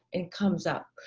it comes up.